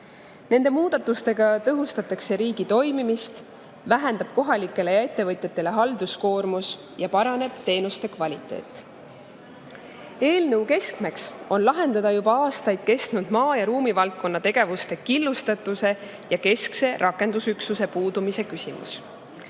Nende muudatustega tõhustatakse riigi toimimist, väheneb kohalike ettevõtjate halduskoormus ja paraneb teenuste kvaliteet. Eelnõu keskmeks on lahendada juba aastaid kestnud maa- ja ruumivaldkonna tegevuste killustatuse ja keskse rakendusüksuse puudumise küsimus.